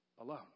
alone